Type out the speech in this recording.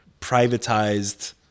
privatized